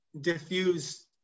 diffuse